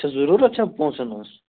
کیٛاہ ضروٗرت چھا پونٛسن ہٕنٛز